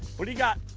what do ya got?